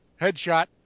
headshot